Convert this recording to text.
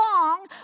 long